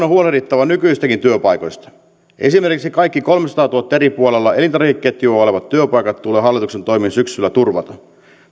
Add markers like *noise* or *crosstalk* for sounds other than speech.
*unintelligible* huolehdittava nykyisistäkin työpaikoista esimerkiksi kaikki kolmesataatuhatta eri puolilla elintarvikeketjua olevat työpaikat tulee hallituksen toimin syksyllä turvata